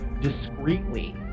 discreetly